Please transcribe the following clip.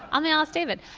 i'm alice david.